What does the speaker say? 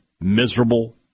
miserable